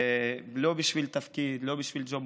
לא בשביל תפקיד, לא בשביל ג'וב.